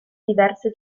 diverse